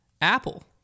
apple